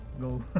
go